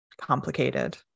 complicated